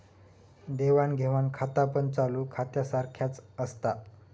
देवाण घेवाण खातापण चालू खात्यासारख्याच असता